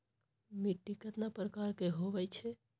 मिट्टी कतना प्रकार के होवैछे?